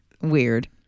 Weird